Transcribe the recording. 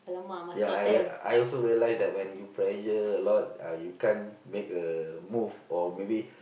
yeah I I also realise that when you pressure a lot uh you can't make a move or maybe